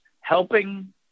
helping